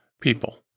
people